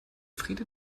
friede